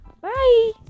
Bye